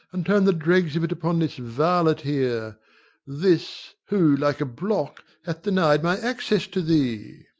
and turn the dregs of it upon this varlet here this, who, like a block, hath denied my access to thee.